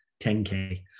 10K